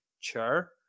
chair